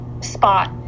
spot